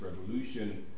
revolution